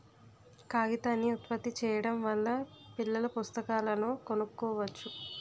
కాగితాన్ని ఉత్పత్తి చేయడం వల్ల పిల్లల పుస్తకాలను కొనుక్కోవచ్చు